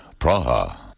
Praha